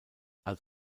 als